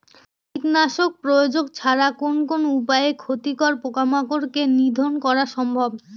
কীটনাশক প্রয়োগ ছাড়া কোন কোন উপায়ে ক্ষতিকর পোকামাকড় কে নিধন করা সম্ভব?